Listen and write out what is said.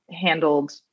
handled